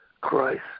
Christ